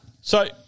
So-